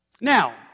Now